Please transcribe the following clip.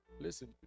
listen